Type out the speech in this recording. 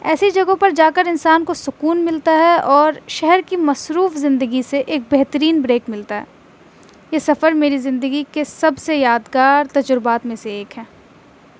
ایسی جگہوں پر جا کر انسان کو سکون ملتا ہے اور شہر کی مصروف زندگی سے ایک بہترین بریک ملتا ہے یہ سفر میری زندگی کے سب سے یادگار تجربات میں سے ایک ہے